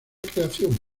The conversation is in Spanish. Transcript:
creación